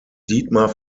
dietmar